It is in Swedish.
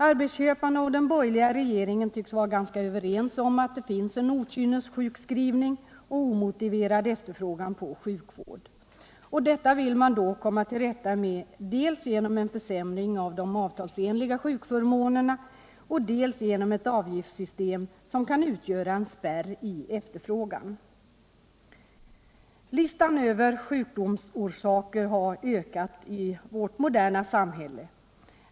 Arbetsköparna och den borgerliga regeringen tycks vara ganska överens om att det finns en okynnessjukskrivning och en omotiverad efterfrågan på sjukvård. Detta vill man komma till rätta med dels genom en försämring av de avtalsenliga sjukförmånerna, dels genom ett avgiftssystem som kan utgöra en spärr för efterfrågan. Listan över sjukdomsorsaker har ökat i vårt moderna samhälle.